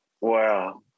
Wow